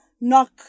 knock